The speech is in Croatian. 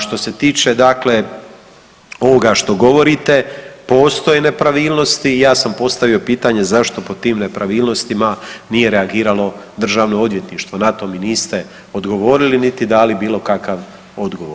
Što se tiče dakle ovoga što govorite, postoje nepravilnosti, ja sam postavio pitanje zašto pod tim nepravilnostima nije reagiralo Državno odvjetništvo, na to mi niste odgovorili niti dali bilokakav odgovor.